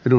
edu